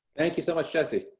thank you so much, jesse.